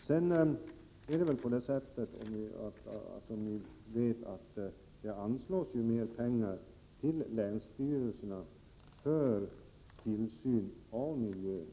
Sedan vill jag säga att det som ni vet anslås mer pengar till länsstyrelserna för tillsyn av miljön.